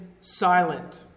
silent